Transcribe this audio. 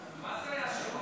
היושב-ראש.